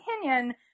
opinion